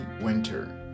winter